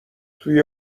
توی